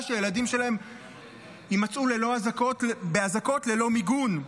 שהילדים שלהם יימצאו באזעקות ללא מיגון?